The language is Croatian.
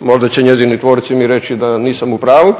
možda će njezini tvorci mi reći da nisam u pravu